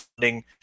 funding